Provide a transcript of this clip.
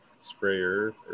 sprayer